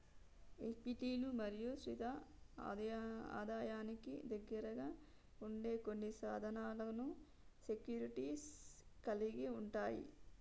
ఈక్విటీలు మరియు స్థిర ఆదాయానికి దగ్గరగా ఉండే కొన్ని సాధనాలను సెక్యూరిటీస్ కలిగి ఉంటయ్